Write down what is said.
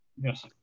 yes